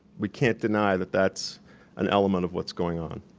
we can't deny that that's an element of what's going on.